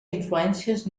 influències